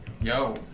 Yo